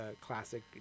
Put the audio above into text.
classic